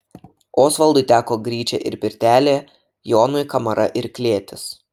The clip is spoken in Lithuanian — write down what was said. osvaldui teko gryčia ir pirtelė jonui kamara ir klėtis